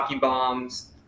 bombs